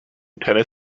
playing